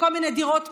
כל מיני דירות פאר.